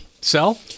Sell